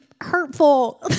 hurtful